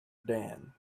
dan